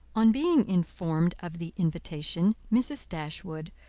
on being informed of the invitation, mrs. dashwood,